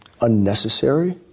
unnecessary